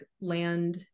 land